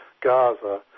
gaza